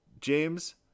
James